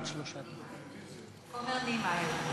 הכומר נימַלר.